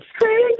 crazy